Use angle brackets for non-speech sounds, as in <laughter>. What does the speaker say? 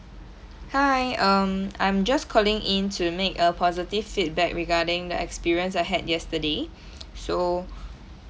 hi um I'm just calling in to make a positive feedback regarding the experience I had yesterday <noise> so